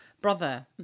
brother